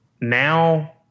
now